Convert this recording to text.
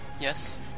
Yes